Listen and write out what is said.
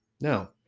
Now